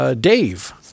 Dave